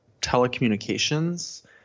telecommunications